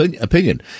opinion